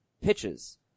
pitches